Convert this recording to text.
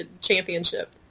Championship